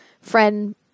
friend